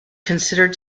considered